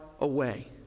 away